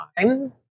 time